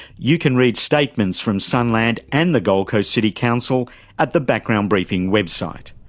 you can read statements from sunland and the gold coast city council at the background briefing website.